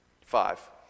Five